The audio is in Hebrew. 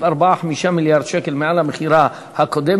4 5 מיליארד שקל מעל המכירה הקודמת,